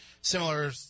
similar